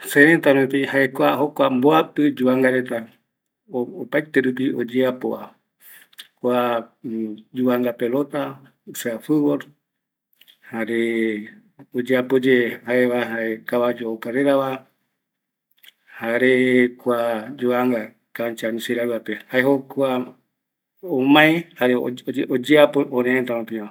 Sërëta rupi jae jokua mboapɨ yuvangareta opaete rupi oyeapova, kua yuvanga pelota, o sea futbol, jare oyeapo ye jae kavayu ocarerava, jare kua yuvanga cancha misiraiva peva, jae jokua oyeapo örërëtä peva